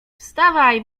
wstawaj